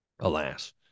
Alas